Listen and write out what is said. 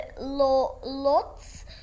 lots